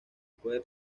puede